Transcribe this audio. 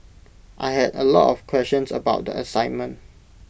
I had A lot of questions about the assignment